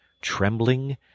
trembling